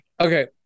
Okay